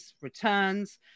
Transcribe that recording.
returns